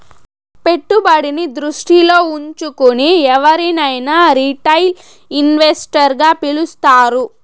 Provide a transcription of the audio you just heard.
పెట్టుబడి దృష్టిలో ఉంచుకుని ఎవరినైనా రిటైల్ ఇన్వెస్టర్ గా పిలుస్తారు